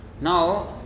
Now